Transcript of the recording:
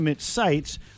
sites